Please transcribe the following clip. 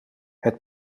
het